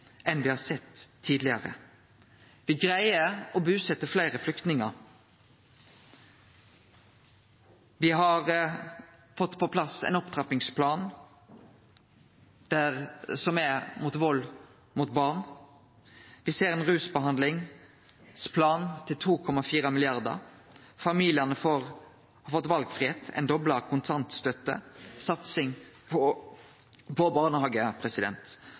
enn me har sett tidlegare. Me greier å busetje fleire flyktningar. Me har fått på plass ein opptrappingsplan mot vald mot barn. Me ser ein rusbehandlingsplan til 2,4 mrd. kr. Familiane har fått valfridom – ei dobla kontantstøtte og satsing på barnehage.